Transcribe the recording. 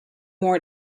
more